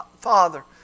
Father